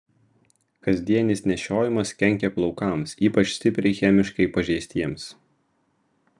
kasdienis nešiojimas kenkia plaukams ypač stipriai chemiškai pažeistiems